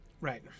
Right